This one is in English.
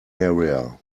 area